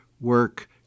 work